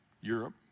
Europe